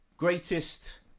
Greatest